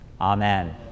AMEN